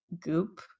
Goop